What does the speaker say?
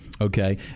Okay